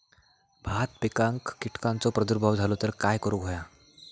भात पिकांक कीटकांचो प्रादुर्भाव झालो तर काय करूक होया?